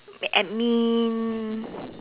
admin